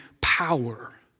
power